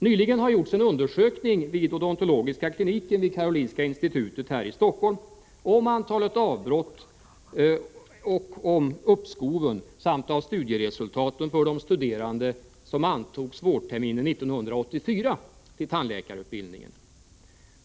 Nyligen har en undersökning gjorts vid odontologiska kliniken vid Karolinska institutet i Stockholm beträffande antalet avbrott eller uppskov samt studieresultat för studerande som antogs till tandläkarutbildningen vårterminen 1984.